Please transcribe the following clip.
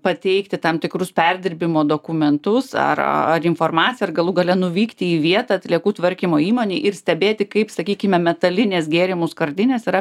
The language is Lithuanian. pateikti tam tikrus perdirbimo dokumentus ar ar informaciją ar galų gale nuvykti į vietą atliekų tvarkymo įmonėje ir stebėti kaip sakykime metalinės gėrimų skardinės yra